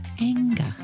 anger